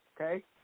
Okay